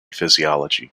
physiology